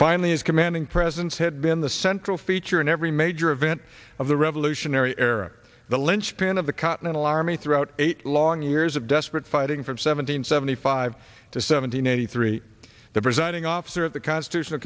finally his commanding presence had been the central feature in every major event of the revolutionary era the lynchpin of the continental army throughout eight long years of desperate fighting from seven hundred seventy five to seventy nine three the presiding officer at the constitutional